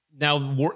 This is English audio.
Now